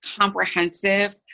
comprehensive